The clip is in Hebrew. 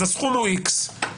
הסכום הוא איקס,